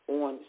on